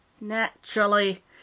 Naturally